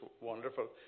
wonderful